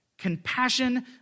Compassion